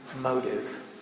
motive